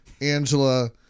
Angela